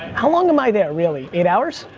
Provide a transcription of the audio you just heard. how long am i there, really? eight hours?